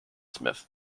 smith